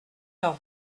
leur